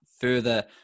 further